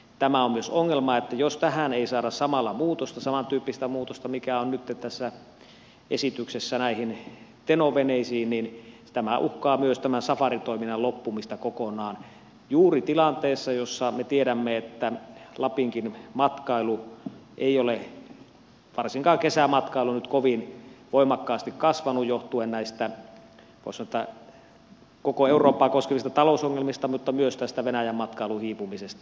tämä on myös ongelma että jos tähän ei saada samalla muutosta samantyyppistä muutosta kuin on nyt tässä esityksessä näihin teno veneisiin niin tämä safaritoiminta uhkaa myös loppua kokonaan juuri tilanteessa jossa me tiedämme että lapinkaan matkailu ei ole varsinkaan kesämatkailu nyt kovin voimakkaasti kasvanut johtuen näistä voi sanoa koko eurooppaa koskevista talousongelmista mutta myös tästä venäjän matkailun hiipumisesta